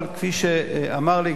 אבל כפי שאמר לי,